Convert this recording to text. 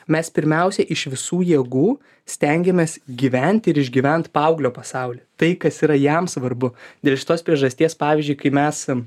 mes pirmiausiai iš visų jėgų stengiamės gyventi ir išgyvent paauglio pasaulį tai kas yra jam svarbu dėl šitos priežasties pavyzdžiui kai mes